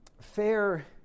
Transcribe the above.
FAIR